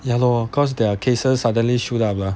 ya lor cause their cases suddenly shoot up lah